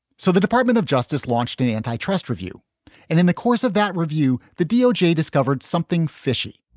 so the department of justice launched an antitrust review. and in the course of that review, the doj discovered something fishy